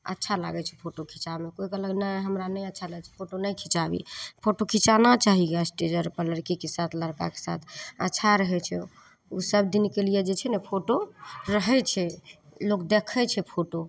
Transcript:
अच्छा लागै छै फोटो खिचाबैमे कोइ कहलक नहि हमरा नहि अच्छा लागै छै फोटो नहि खिचाबी फोटो खिचाना चाही एस्टेज आओरपर लड़कीके साथ लड़काके साथ अच्छा रहै छै ओसब दिनके लिए जे छै ने फोटो रहै छै लोक देखै छै फोटो